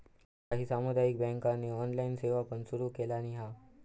काही सामुदायिक बँकांनी ऑनलाइन सेवा पण सुरू केलानी हा